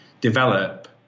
develop